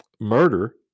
murder